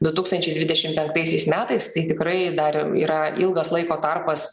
du tūkstančiai dvidešimt penktaisiais metais tai tikrai dar yra ilgas laiko tarpas